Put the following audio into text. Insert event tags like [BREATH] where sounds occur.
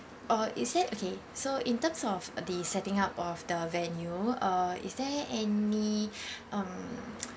or is it okay so in terms of the setting up of the venue uh is there any [BREATH] um